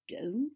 Don't